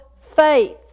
faith